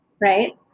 right